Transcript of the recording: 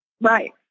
Right